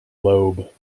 loeb